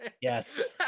Yes